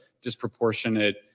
disproportionate